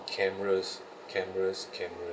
cameras cameras cameras